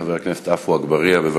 חבר הכנסת עפו אגבאריה, בבקשה.